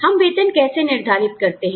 हम वेतन कैसे निर्धारित करते हैं